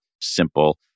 simple